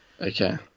Okay